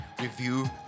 review